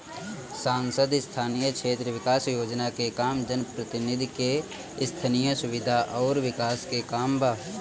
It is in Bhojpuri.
सांसद स्थानीय क्षेत्र विकास योजना के काम जनप्रतिनिधि के स्थनीय सुविधा अउर विकास के काम बा